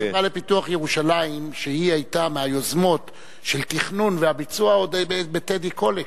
הרשות לפיתוח ירושלים היתה מהיוזמות של התכנון והביצוע עוד עם טדי קולק.